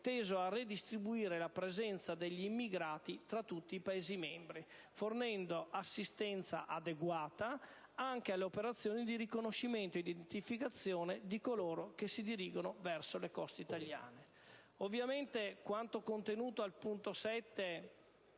teso a ridistribuire la presenza degli immigrati tra tutti i Paesi membri, fornendo assistenza adeguata anche alle operazioni di riconoscimento e identificazione di coloro che si dirigono verso le coste italiane. PRESIDENTE. Senatore Alberto